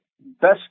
best